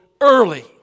early